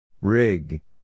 Rig